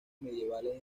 medievales